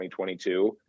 2022